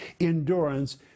endurance